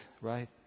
Right